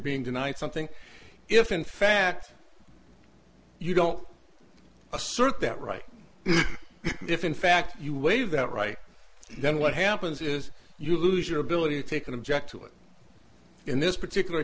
being tonight something if in fact you don't assert that right if in fact you waive that right then what happens is you lose your ability to take an object to it in this particular